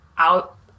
out